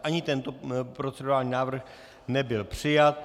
Ani tento procedurální návrh nebyl přijat.